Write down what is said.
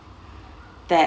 that